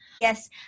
Yes